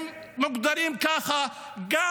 הם מוגדרים כך גם